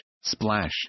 splash